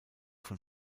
von